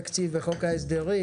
מרכזית בדיוני התקציב וחוק ההסדרים,